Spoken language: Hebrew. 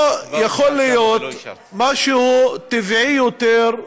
לא יכול להיות משהו טבעי יותר,